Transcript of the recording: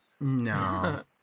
No